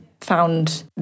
found